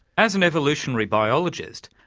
as an evolutionary biologist,